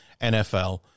NFL